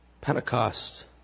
Pentecost